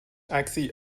عکسی